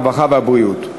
הרווחה והבריאות.